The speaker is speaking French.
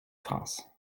france